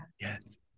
Yes